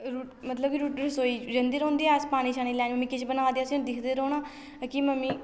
रुट्टी मतलब के रुट्टी रसोई जंदे रौंह्दे अस पानी शानी लैने गी हून किश बना दे असें दिखदे रौह्ना कि मम्मी